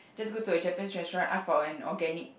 just go to a Japan restaurant ask for an organic